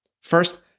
First